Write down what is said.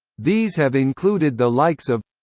these have included the likes of